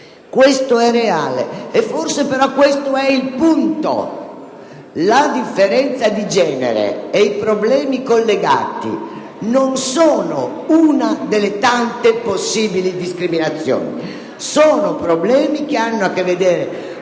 Forse però è proprio questo il punto. La differenza di genere e i problemi ad essa collegati non sono una delle tante possibili discriminazioni: sono problemi che hanno a che vedere